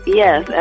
yes